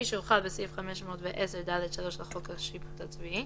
התשס"א-2001 כפי שהוחל בסעיף 510(ד)(3) לחוק השיפוט הצבאי,